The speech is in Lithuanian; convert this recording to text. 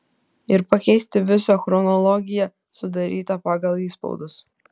ir pakeisti visą chronologiją sudarytą pagal įspaudus